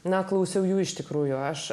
na klausiau jų iš tikrųjų aš